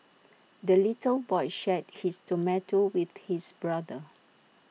the little boy shared his tomato with his brother